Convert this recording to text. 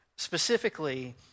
Specifically